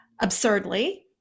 absurdly